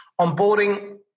onboarding